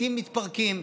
בתים מתפרקים.